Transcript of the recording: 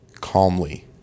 calmly